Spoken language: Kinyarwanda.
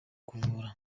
kuvura